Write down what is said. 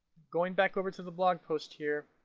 going back over to the blog post here,